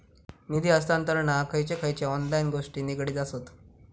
निधी हस्तांतरणाक खयचे खयचे ऑनलाइन गोष्टी निगडीत आसत?